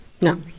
No